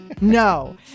No